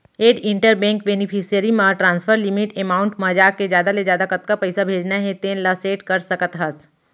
add inter bank beneficiary म transfer limit amount म जाके जादा ले जादा कतका पइसा भेजना हे तेन ल सेट कर सकत हस